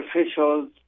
officials